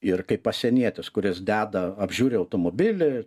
ir kai pasienietis kuris deda apžiūri automobilį